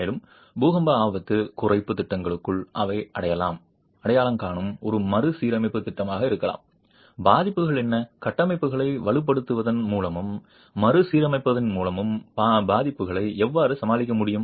மேலும் பூகம்ப ஆபத்து குறைப்பு திட்டங்களுக்குள் அவை அடையாளம் காணும் ஒரு மறுசீரமைப்பு திட்டமாக இருக்கலாம் பாதிப்புகள் என்ன கட்டமைப்புகளை வலுப்படுத்துவதன் மூலமும் மறுசீரமைப்பதன் மூலமும் பாதிப்புகளை எவ்வாறு சமாளிக்க முடியும்